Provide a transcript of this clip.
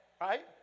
Right